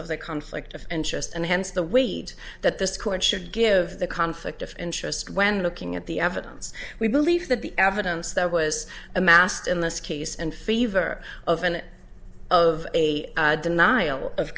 of the conflict of interest and hence the weight that this court should give the conflict of interest when looking at the evidence we believe that the evidence that was amassed in this case and favor of and of a denial of